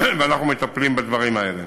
ואנחנו מטפלים בדברים האלה.